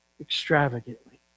extravagantly